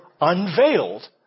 unveiled